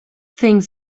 things